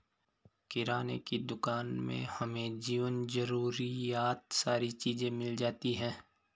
किराने की दुकान में हमें जीवन जरूरियात सारी चीज़े मिल जाती है